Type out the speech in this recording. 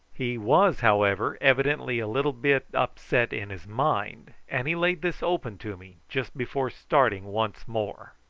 he was, however evidently a little bit upset in his mind, and he laid this open to me just before starting once more.